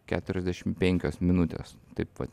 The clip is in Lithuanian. keturiasdešim penkios minutės taip vat